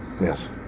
Yes